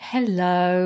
Hello